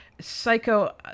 psycho